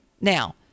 now